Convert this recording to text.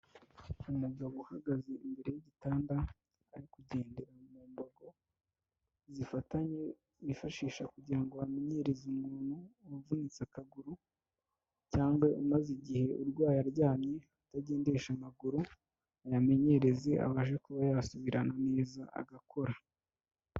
Umugabo uhagaze imbere y'igitanda ari kugendera mu mbago zifatanye, bifashisha kugira ngo bamenyereze umuntu wavunitse akaguru cyangwa umaze igihe urwaye aryamye atagendesha amaguru, ayamenyereze abashe kuba yasubirana neza agakora.